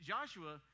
Joshua